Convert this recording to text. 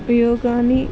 ఉపయోగాన్ని